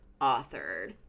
authored